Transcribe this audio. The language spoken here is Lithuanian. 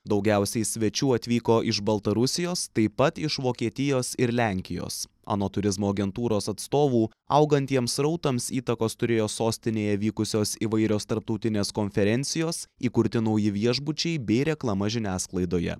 daugiausiai svečių atvyko iš baltarusijos taip pat iš vokietijos ir lenkijos anot turizmo agentūros atstovų augantiems srautams įtakos turėjo sostinėje vykusios įvairios tarptautinės konferencijos įkurti nauji viešbučiai bei reklama žiniasklaidoje